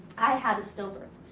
i had a still birth.